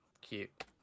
cute